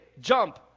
jump